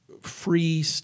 free